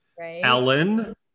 Ellen